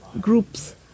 groups